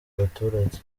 abaturage